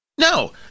No